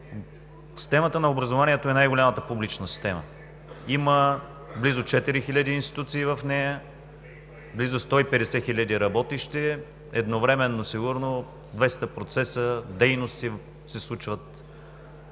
Системата на образованието е най-голямата публична система. Има близо 4 хиляди институции в нея, близо 150 хиляди работещи, едновременно сигурно 200 процеса, дейности се случват